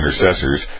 intercessors